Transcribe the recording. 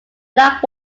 black